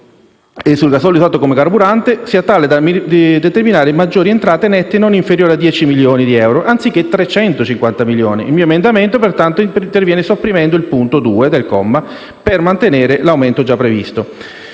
e sul gasolio usato come carburante sia tale da determinare maggiori entrate nette non inferiori a 10 milioni di euro, anziché di 350 milioni di euro. Il mio emendamento, pertanto, interviene sopprimendo il punto 2 del suddetto comma in modo da mantenere l'aumento già previsto.